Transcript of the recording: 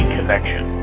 Connection